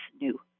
new